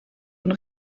und